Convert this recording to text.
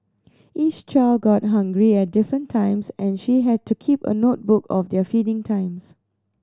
each child got hungry at different times and she had to keep a notebook of their feeding times